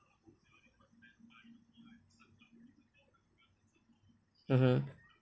mmhmm